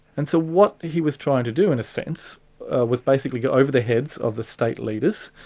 and so what he was trying to do in a sense was basically go over the heads of the state leaders,